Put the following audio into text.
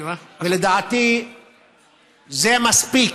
ולדעתי זה מספיק,